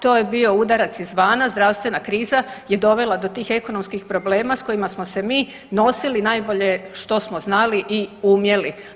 To je bio udarac izvana, zdravstvena kriza je dovela do tih ekonomskih problema sa kojima smo se mi nosili najbolje što smo znali i umjeli.